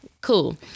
Cool